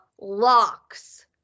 locks